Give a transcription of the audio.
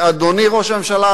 ואדוני ראש הממשלה,